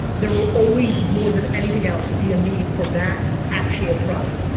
there will always more than anything else be a need for that actual product.